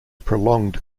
prolonged